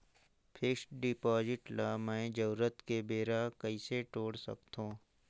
Fixed deposit ल मैं जरूरत के बेरा कइसे तोड़ सकथव?